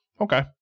Okay